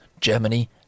Germany